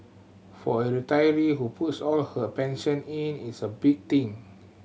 for a retiree who puts all her pension in it's a big thing